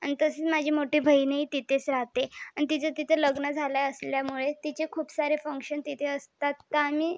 आणि तसेच माझी मोठी बहिणही तिथेच राहते आणि तिचं तिथं लग्न झालं असल्यामुळे तिचे खूप सारे फंक्शन तिथे असतात तर आम्ही